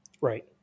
Right